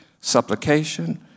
supplication